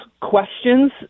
questions